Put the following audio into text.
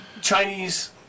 Chinese